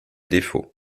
défauts